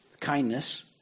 kindness